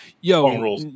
yo